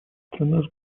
страна